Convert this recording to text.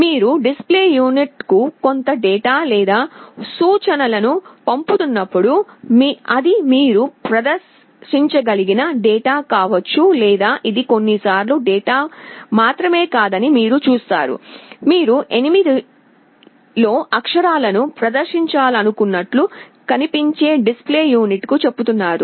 మీరు display unit కు కొంత డేటా లేదా సూచనలను పంపుతున్నప్పుడు అది మీరు ప్రదర్శించదలిచిన డేటా కావచ్చు లేదా ఇది కొన్నిసార్లు డేటా మాత్రమే కాదని మీరు చూస్తారు మీరు 8 లో అక్షరాలను ప్రదర్శించాలనుకుంటున్నట్లు కనిపించే డిస్ప్లే యూనిట్ కు చెబుతున్నారు